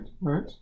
right